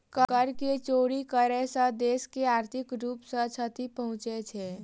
कर के चोरी करै सॅ देश के आर्थिक रूप सॅ क्षति पहुँचे छै